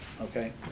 okay